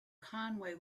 conway